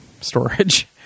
storage